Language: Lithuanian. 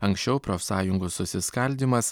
anksčiau profsąjungų susiskaldymas